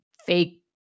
fake